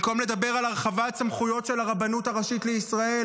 במקום לדבר על הרחבת סמכויות של הרבנות הראשית לישראל,